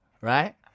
Right